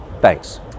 Thanks